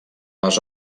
les